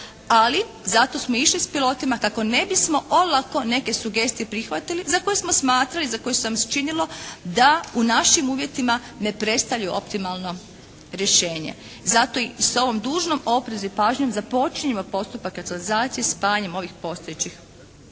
ali zato smo išli s pilotima kako ne bismo olako neke sugestije prihvatili za koje smo smatrali i za koje nam se činilo da u našim uvjetima ne predstavljaju optimalno rješenje. I zato s ovom dužnom oprezu i pažnjom započinjemo postupak racionalizacije spajanjem ovih postojećih